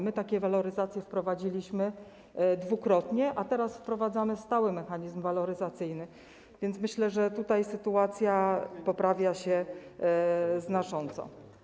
My takie waloryzacje wprowadziliśmy dwukrotnie, a teraz wprowadzamy stały mechanizm waloryzacyjny, więc myślę, że tutaj sytuacja poprawia się znacząco.